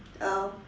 oh